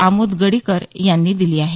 आमोद गडीकर यांनी दिली आहे